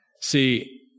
See